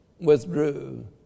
withdrew